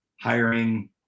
hiring